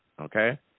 okay